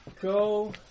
go